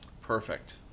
Perfect